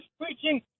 preaching